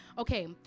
Okay